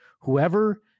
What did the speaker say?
whoever